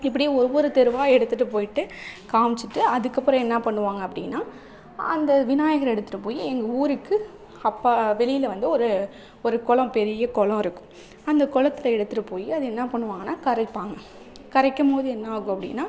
இப்படி ஒவ்வொரு தெருவாக எடுத்துகிட்டுப் போயிவிட்டு காமிச்சிவிட்டு அதுக்கப்புறம் என்ன பண்ணுவாங்க அப்படின்னா அந்த விநாயகரை எடுத்துகிட்டு போய் எங்கள் ஊருக்கு அப்பா வெளியில் வந்து ஒரு ஒரு குளம் பெரிய குளம் இருக்கு அந்த குளத்துல எடுத்துகிட்டுப் போய் அதை என்ன பண்ணுவாங்கன்னா கரைப்பாங்க கரைக்கும்போது என்ன ஆகும் அப்படின்னா